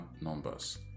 numbers